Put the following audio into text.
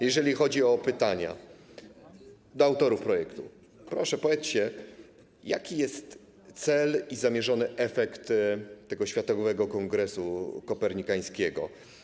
Jeżeli chodzi o pytania do autorów projektu, proszę powiedzcie, jaki jest cel i zamierzony efekt Światowego Kongresu Kopernikańskiego.